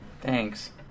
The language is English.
Thanks